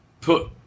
put